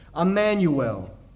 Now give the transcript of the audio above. Emmanuel